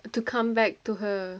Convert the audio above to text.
and to come back to her